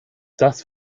das